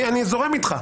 אני זורם איתך.